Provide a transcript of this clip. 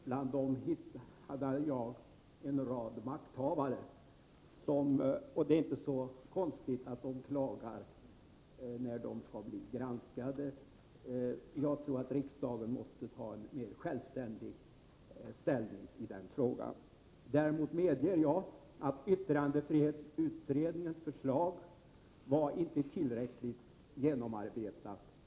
Bland dem hittade jag åtskilliga makthavare, och det är inte så konstigt att de klagar när de skall bli granskade. Jag tror att riksdagen måste inta en självständig ställning i denna fråga. Däremot medger jag att yttrandefrihetsutredningens förslag inte var tillräckligt genomarbetat.